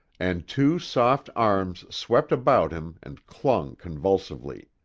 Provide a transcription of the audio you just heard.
and two soft arms swept about him and clung convulsively.